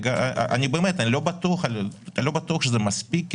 אני לא בטוח שזה מספיק,